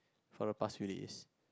for the past release